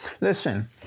Listen